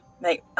make